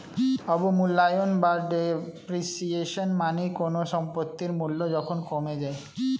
অবমূল্যায়ন বা ডেপ্রিসিয়েশন মানে কোনো সম্পত্তির মূল্য যখন কমে যায়